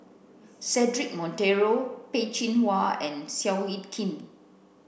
Cedric Monteiro Peh Chin Hua and Seow Yit Kin